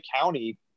County